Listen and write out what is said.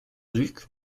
duc